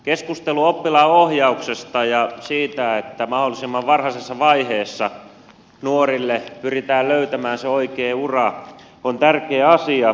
keskustelu oppilaanohjauksesta ja siitä että mahdollisimman varhaisessa vaiheessa nuorille pyritään löytämään se oikea ura on tärkeä asia